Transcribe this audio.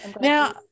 Now